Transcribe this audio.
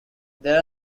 there